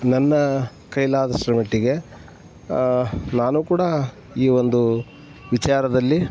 ನನ್ನ ಕೈಲಾದಷ್ಟರಮಟ್ಟಿಗೆ ನಾನೂ ಕೂಡ ಈ ಒಂದು ವಿಚಾರದಲ್ಲಿ